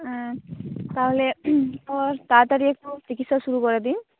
তাহলে ওর তাড়াতাড়ি একটু চিকিৎসা শুরু করে দিন